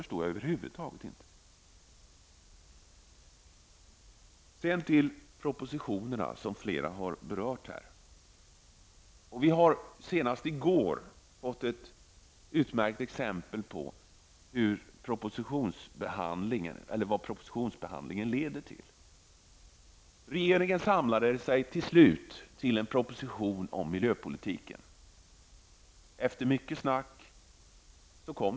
Sedan till de propositioner som flera talare här har berört. Vi har senast i går fått ett utmärkt exempel på vad behandlingen av propositioner kan leda till. Regeringen samlade sig till slut till en proposition om miljöpolitiken. Den kom efter mycket tal.